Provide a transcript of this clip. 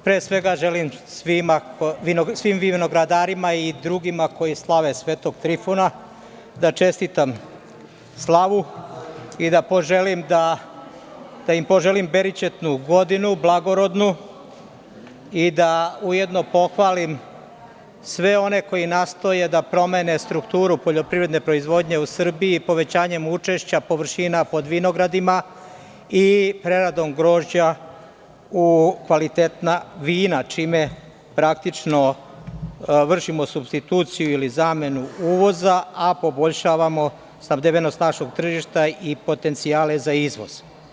Pre svega želim svim vinogradarima i drugima koji slave Sv. Trifuna da čestitam slavu i da poželim berićetnu godinu, blagorodnu i da ujedno pohvalim sve one koji nastoje da promene strukturu poljoprivredne proizvodnje u Srbiji, povećanjem učešća površina pod vinogradima i preradom grožđa u kvalitetna vina, čime praktično vršimo supstituciju ili zamenu uvoza, a poboljšavamo snabdevenost našeg tržišta i potencijale za izvoz.